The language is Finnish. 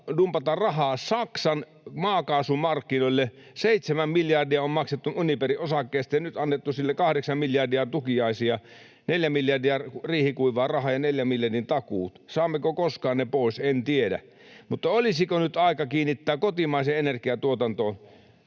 dumpata rahaa Saksan maakaasumarkkinoille — seitsemän miljardia on maksettu Uniperin osakkeista, ja nyt on annettu sille kahdeksan miljardia tukiaisia: neljä miljardia riihikuivaa rahaa ja neljän miljardin takuut. Saammeko koskaan niitä pois? En tiedä. Mutta olisiko nyt aika kiinnittää huomiota kotimaisen energian tuotantoon?